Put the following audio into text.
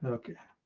and okay.